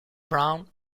brown